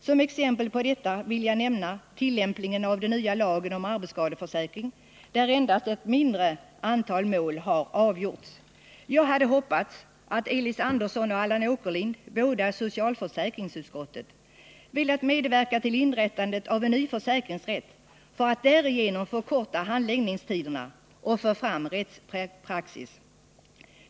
Som exempel på detta vill jag nämna tillämpningen av den nya lagen om arbetsskadeförsäkring, där endast ett mindre antal mål har avgjorts. Jag hade hoppats att Elis Andersson och Allan Åkerlind — båda i socialförsäkringsutskottet — hade velat medverka till inrättandet av en ny försäkringsrätt, för att därigenom förkorta handläggningstiderna och få fram rättspraxis.